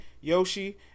Yoshi